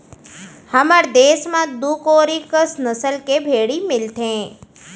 हमर देस म दू कोरी कस नसल के भेड़ी मिलथें